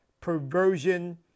perversion